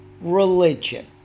religion